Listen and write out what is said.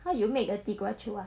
how you make the 地瓜球 ah